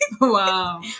Wow